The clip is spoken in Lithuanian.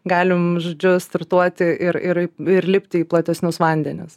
galim žodžiu startuoti ir ir ir lipti į platesnius vandenis